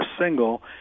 single